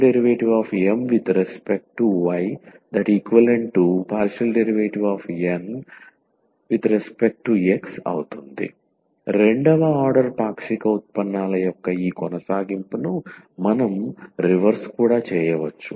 ∂M∂y2f∂y∂x⟹∂M∂y∂N∂x రెండవ ఆర్డర్ పాక్షిక ఉత్పన్నాల యొక్క ఈ కొనసాగింపును మనం రివర్స్ కూడా చేయవచ్చు